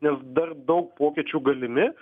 nes dar daug pokyčių galimi